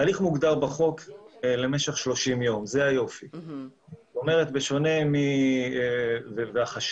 האם יש היום גורם אחר